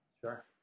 Sure